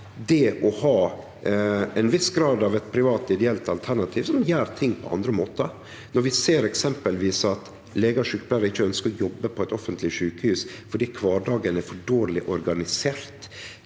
det å ha ein viss grad av eit privat, ideelt alternativ, som gjer ting på andre måtar. Når vi eksempelvis ser at legar og sjukepleiarar ikkje ønskjer å jobbe på eit offentleg sjukehus fordi kvardagen er for dårleg organisert,